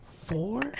Four